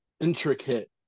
intricate